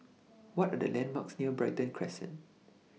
What Are The landmarks near Brighton Crescent